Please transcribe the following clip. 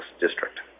district